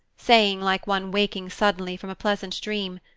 saying, like one waking suddenly from a pleasant dream,